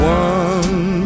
one